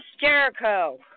Jericho